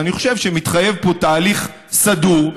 אני חושב שמתחייב פה הליך סדור,